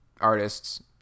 artists